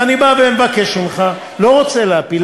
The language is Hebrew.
ואני בא ומבקש ממך לא רוצה להפיל,